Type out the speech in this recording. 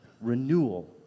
Renewal